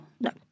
no